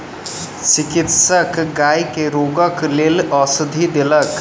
चिकित्सक गाय के रोगक लेल औषधि देलक